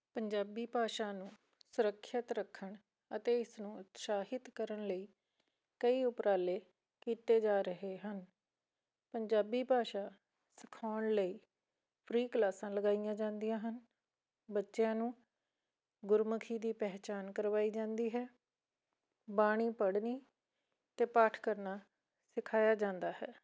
ਪੰਜਾਬੀ ਭਾਸ਼ਾ ਨੂੰ ਸੁਰੱਖਿਅਤ ਰੱਖਣ ਅਤੇ ਇਸਨੂੰ ਉਤਸ਼ਾਹਿਤ ਕਰਨ ਲਈ ਕਈ ਉਪਰਾਲੇ ਕੀਤੇ ਜਾ ਰਹੇ ਹਨ ਪੰਜਾਬੀ ਭਾਸ਼ਾ ਸਿਖਾਉਣ ਲਈ ਫਰੀ ਕਲਾਸਾਂ ਲਗਾਈਆਂ ਜਾਂਦੀਆਂ ਹਨ ਬੱਚਿਆਂ ਨੂੰ ਗੁਰਮੁਖੀ ਦੀ ਪਹਿਚਾਣ ਕਰਵਾਈ ਜਾਂਦੀ ਹੈ ਬਾਣੀ ਪੜ੍ਹਨੀ ਅਤੇ ਪਾਠ ਕਰਨਾ ਸਿਖਾਇਆ ਜਾਂਦਾ ਹੈ